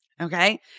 okay